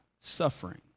suffering